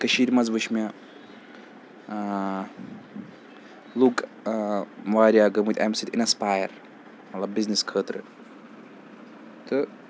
کٔشیٖرِ مَنٛز وٕچھ مےٚ لُکھ واریاہ گٔمٕتۍ أمۍ سۭتۍ اِنسپایر مطلب بِزنِس خٲطرٕ تہٕ